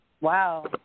Wow